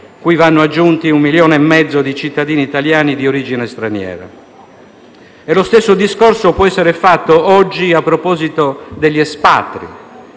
cui va aggiunto un milione e mezzo di cittadini italiani di origine straniera. Lo stesso discorso può essere fatto oggi a proposito degli *expat*: